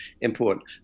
important